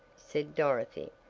said dorothy.